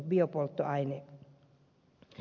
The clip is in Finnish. arvoisa puhemies